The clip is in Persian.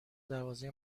دروازه